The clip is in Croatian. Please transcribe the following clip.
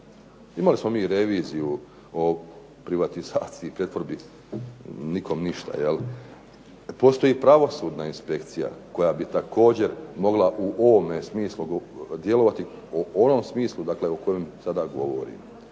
Imali smo mi i reviziju o privatizaciji i pretvorbi, nikom ništa jel'. Postoji i pravosudna inspekcija koja bi također mogla u ovome smislu djelovati, u onom smislu o kojem sada govorim.